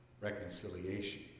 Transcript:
reconciliation